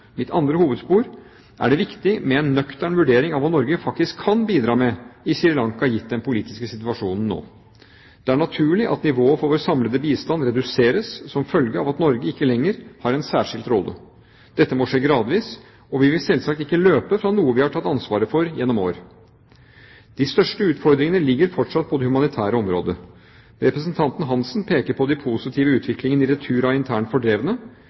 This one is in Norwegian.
mitt andre hovedspor – er det viktig med en nøktern vurdering av hva Norge faktisk kan bidra med i Sri Lanka gitt den politiske situasjonen nå. Det er naturlig at nivået på vår samlede bistand reduseres som følge av at Norge ikke lenger har en særskilt rolle. Dette må skje gradvis. Vi vil selvsagt ikke løpe fra noe vi har tatt ansvar for gjennom år. De største utfordringene ligger fortsatt på det humanitære området. Representanten Hansen peker på den positive utviklingen i retur av internt fordrevne.